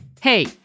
Hey